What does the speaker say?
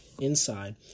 inside